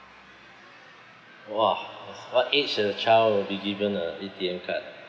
!wah! what age should a child be given a A_T_M card